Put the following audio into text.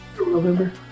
November